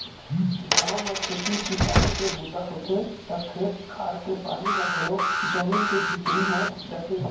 गाँव म खेती किसानी के बूता होथे त खेत खार के पानी ह घलोक जमीन के भीतरी म जाथे